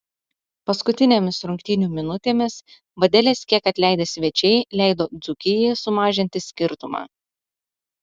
paskutinėmis rungtynių minutėmis vadeles kiek atleidę svečiai leido dzūkijai sumažinti skirtumą